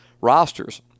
rosters